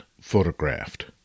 photographed